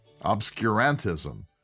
obscurantism